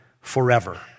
forever